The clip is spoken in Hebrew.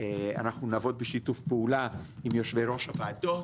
אנחנו נעבוד בשיתוף פעולה עם יושבי ראש הוועדות